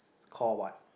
call what